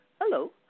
hello